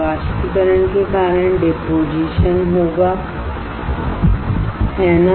वाष्पीकरण के कारण डिपोजिशन होगा है ना